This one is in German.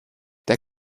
der